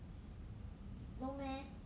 no meh